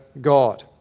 God